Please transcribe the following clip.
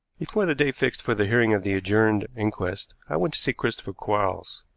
before the day fixed for the hearing of the adjourned inquest i went to see christopher quarles.